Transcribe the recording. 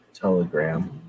Telegram